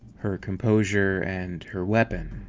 her composure, and her weapon.